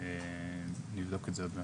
אני אבדוק את זה עוד מעט.